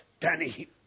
Danny